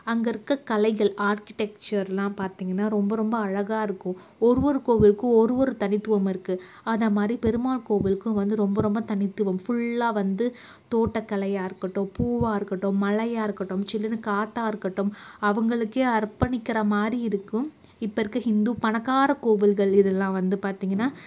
அங்கே இருக்க கலைகள் ஆர்கிடெக்சர்லாம் பார்த்திங்கனா ரொம்ப ரொம்ப அழகாக இருக்கும் ஒரு ஒரு கோவிலுக்கும் ஒரு ஒரு தனித்துவம் இருக்கு அதுமாரி பெருமாள் கோவிலுக்கும் வந்து ரொம்ப ரொம்ப தனித்துவம் ஃபுல்லாக வந்து தோட்டக்கலையாக இருக்கட்டும் பூவாக இருக்கட்டும் மலையாக இருக்கட்டும் சில்லுன்னு காற்றா இருக்கட்டும் அவங்களுக்கே அற்பணிக்கிற மாதிரி இருக்கும் இப்போ இருக்க ஹிந்து பணக்கார கோவில்கள் இதெல்லாம் வந்து பார்த்திங்கனா